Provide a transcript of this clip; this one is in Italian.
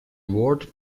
award